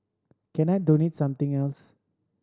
can I donate something else